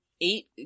eight